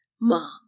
Mom